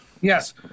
Yes